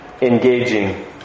engaging